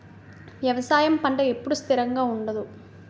వ్యవసాయం పంట ఎప్పుడు స్థిరంగా ఉండదు